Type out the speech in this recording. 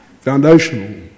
foundational